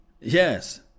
Yes